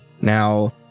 Now